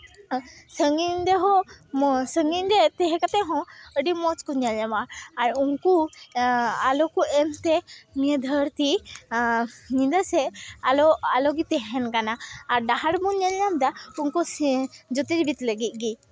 ᱥᱟᱺᱜᱤᱧ ᱨᱮᱦᱚᱸ ᱥᱟᱺᱜᱤᱧ ᱨᱮ ᱛᱟᱦᱮᱸ ᱠᱟᱛᱮᱫ ᱦᱚᱸ ᱟᱹᱰᱤ ᱢᱚᱡᱽ ᱠᱚ ᱧᱮᱞ ᱧᱟᱢᱚᱜᱼᱟ ᱟᱨ ᱩᱱᱠᱩ ᱟᱞᱚ ᱠᱚ ᱮᱢᱛᱮ ᱱᱤᱭᱟᱹ ᱫᱷᱟᱹᱨᱛᱤ ᱧᱤᱫᱟᱹ ᱥᱮᱫ ᱟᱞᱚ ᱜᱮ ᱛᱟᱦᱮᱱ ᱠᱟᱱᱟ ᱟᱨ ᱰᱟᱦᱟᱨ ᱵᱚᱱ ᱧᱮᱞ ᱧᱟᱢᱫᱟ ᱩᱱᱠᱩ ᱡᱳᱛᱤᱨᱵᱤᱫ ᱞᱟᱹᱜᱤᱫ ᱜᱮ